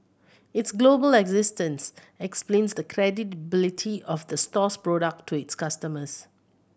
its global existence explains the credibility of the store's product to its customers